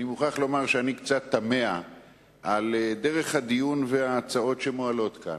אני מוכרח לומר שאני קצת תמה על דרך הדיון וההצעות שמועלות כאן.